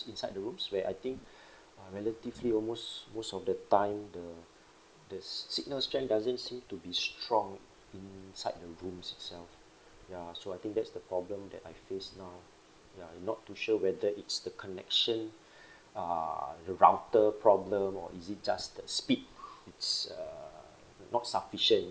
inside the rooms where I think uh relatively almost most of the time the the signal strength doesn't seem to be strong inside the rooms itself ya so I think that's the problem that I face now ya I'm not too sure whether it's the connection uh the router problem or is it just the speed it's uh not sufficient